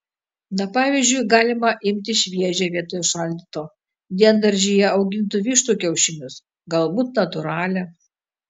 na pavyzdžiui galima imti šviežią vietoj šaldyto diendaržyje augintų vištų kiaušinius galbūt natūralią